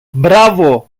μπράβο